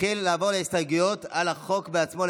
נעבור להסתייגויות על החוק עצמו.